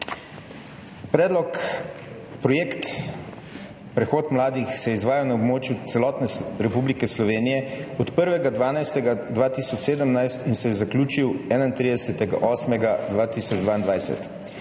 lepa. Projekt Prehod mladih se izvaja na območju celotne Republike Slovenije od 1. 12. 2017 in se je zaključil 31. 8. 2022.